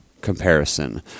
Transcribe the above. Comparison